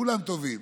כולם טובים.